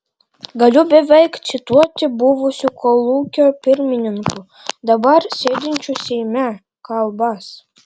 galiu beveik cituoti buvusių kolūkio pirmininkų dabar sėdinčių seime kalbas